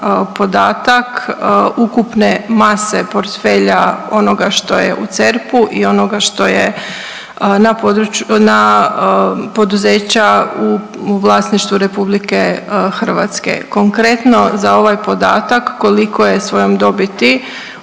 podatak ukupne mase portfelja onoga što je u CERP-u i onoga što je na poduzeća u vlasništvu Republike Hrvatske. Konkretno za ovaj podatak koliko je svojom dobiti